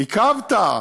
עיכבת.